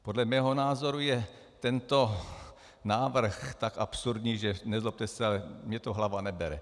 Podle mého názoru je tento návrh tak absurdní, že, nezlobte se, ale mně to hlava nebere.